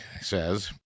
says